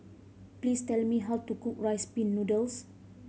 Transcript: please tell me how to cook Rice Pin Noodles